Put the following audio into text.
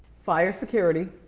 fire security,